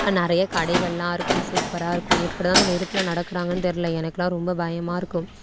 நிறைய கடைகளெலாம் இருக்கும் சூப்பராக இருக்கும் எப்படிதான் அந்த நெருப்பில் நடக்கிறாங்கனு தெரியலை எனக்கெலாம் ரொம்ப பயமாக இருக்கும்